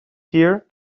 here